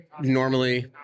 normally